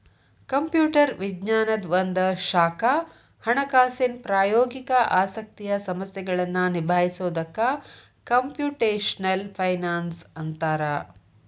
computer ವಿಜ್ಞಾನದ್ ಒಂದ ಶಾಖಾ ಹಣಕಾಸಿನ್ ಪ್ರಾಯೋಗಿಕ ಆಸಕ್ತಿಯ ಸಮಸ್ಯೆಗಳನ್ನ ನಿಭಾಯಿಸೊದಕ್ಕ ಕ್ಂಪುಟೆಷ್ನಲ್ ಫೈನಾನ್ಸ್ ಅಂತ್ತಾರ